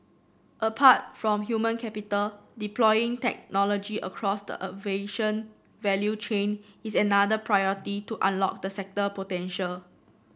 apart from human capital deploying technology across the aviation value chain is another priority to unlock the sector potential